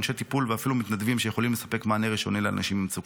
אנשי טיפול ואפילו מתנדבים שיכולים לספק מענה ראשוני לאנשים במצוקה.